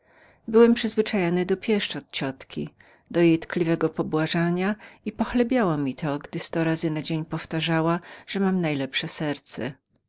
przyzwyczaiłem się do pieszczot mojej ciotki do jej tkliwego pobłażania i pochlebiało mi to gdy sto razy na dzień znajdowała że miałem najlepsze serce